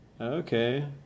okay